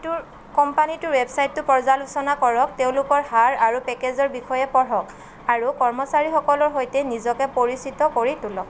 কোম্পানীটোৰ ৱেবছাইটটো পৰ্য্যালোচনা কৰক তেওঁলোকৰ হাৰ আৰু পেকেজৰ বিষয়ে পঢ়ক আৰু কৰ্মচাৰীসকলৰ সৈতে নিজকে পৰিচিত কৰি তোলক